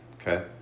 Okay